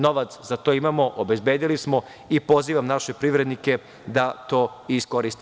Novac za to imamo, obezbedili smo i pozivam naše privrednike da to iskoriste.